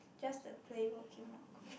just to play Pokemon Go